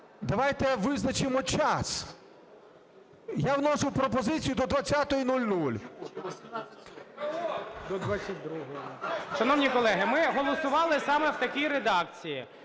давайте визначимо час. Я вношу пропозицію до 20:00.